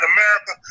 America